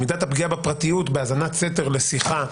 מידת הפגיעה בפרטיות בהאזנת סתר לשיחה,